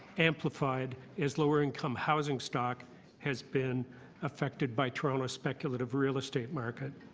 afternoonified as lower income houseing stock has been affected by toronto's speculative real estate market.